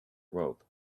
rope